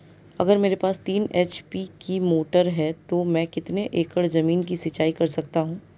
अगर मेरे पास तीन एच.पी की मोटर है तो मैं कितने एकड़ ज़मीन की सिंचाई कर सकता हूँ?